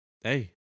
Hey